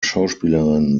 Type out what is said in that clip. schauspielerin